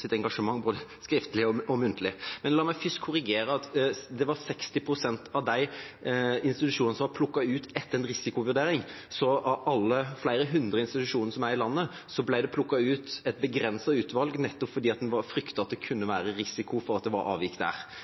engasjement, både skriftlig og muntlig. Men la meg først korrigere: Det var 60 av de institusjonene som var plukket ut etter en risikovurdering. Av alle – flere hundre – institusjoner som er i landet, ble det plukket ut et begrenset utvalg, nettopp fordi en fryktet at det kunne være risiko for at det var avvik der,